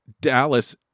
Dallas